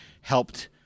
helped